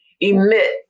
emit